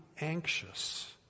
anxious